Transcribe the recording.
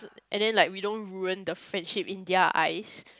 and then like we don't ruin the friendship in their eyes